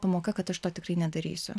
pamoka kad aš to tikrai nedarysiu